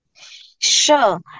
Sure